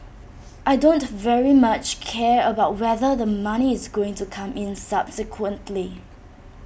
I don't very much care about whether the money is going to come in subsequently